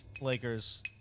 Lakers